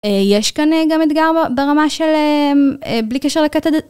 יש כאן גם אתגר ברמה שלהם בלי קשר לקטע.